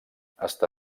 està